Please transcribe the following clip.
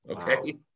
okay